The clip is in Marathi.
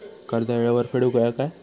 कर्ज येळेवर फेडूक होया काय?